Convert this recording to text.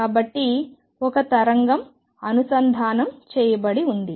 కాబట్టి ఒక తరంగం అనుసంధానం చేయబడి ఉంది